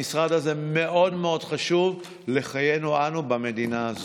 המשרד הזה מאוד מאוד חשוב לחיינו במדינה הזאת.